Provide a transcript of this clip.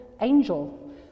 angel